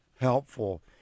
helpful